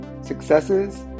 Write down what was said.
successes